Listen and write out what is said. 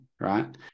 right